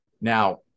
Now